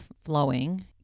flowing